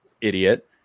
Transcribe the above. idiot